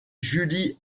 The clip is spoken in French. julie